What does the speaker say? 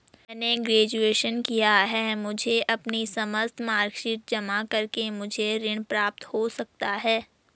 मैंने ग्रेजुएशन किया है मुझे अपनी समस्त मार्कशीट जमा करके मुझे ऋण प्राप्त हो सकता है?